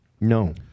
No